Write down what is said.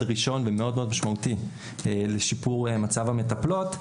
ראשון ומשמעותי מאוד לשיפור מצב המטפלות,